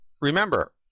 remember